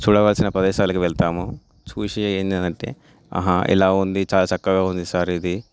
చూడవలసిన ప్రదేశాలకు వెళ్తాము చూసి ఏం చేయాలంటే ఆహా ఇలా ఉంది చాలా చక్కగా ఉంది సార్ ఇది